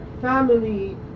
family